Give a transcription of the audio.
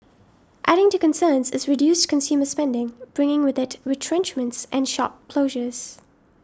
adding to concerns is reduced consumer spending bringing with it retrenchments and shop closures